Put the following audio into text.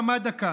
דממה דקה.